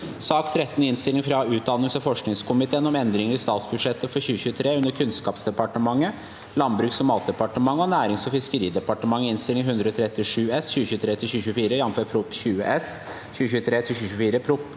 2023 Innstilling frå utdannings- og forskningskomiteen om Endringar i statsbudsjettet 2023 under Kunnskapsdepartementet, Landbruks- og matdepartementet og Nærings- og fiskeridepartementet (Innst. 137 S (2023–2024), jf. Prop. 20 S (2023–2024),